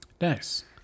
Nice